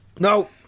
No